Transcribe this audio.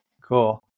Cool